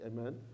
Amen